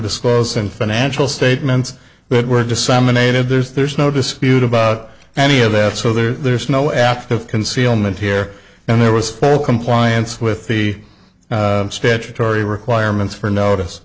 disclosed and financial statements that were disseminated there's there's no dispute about any of that so there's no after of concealment here and there was full compliance with the statutory requirements for notice